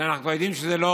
ואנחנו כבר יודעים שזה לא